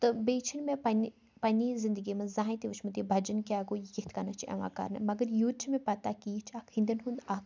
تہٕ بیٚیہِ چھِنہٕ مےٚ پنٛنہِ پنٛنہِ زِندگی منٛز زہانۍ تہِ وٕچھمُت یہِ بجھَن کیٛاہ گوٚو یہِ کِتھ کٔنَتھ چھِ یِوان کَرنہٕ مگر یوٗت چھُ مےٚ پَتہ کہِ یہِ چھِ اَکھ ہِنٛدٮ۪ن ہُنٛد اَکھ